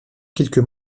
quelques